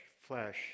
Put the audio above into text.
flesh